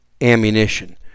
Ammunition